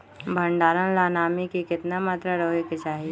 भंडारण ला नामी के केतना मात्रा राहेके चाही?